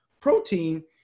protein